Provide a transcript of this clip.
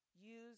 use